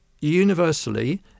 universally